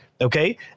Okay